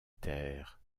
terre